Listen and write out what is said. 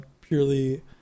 purely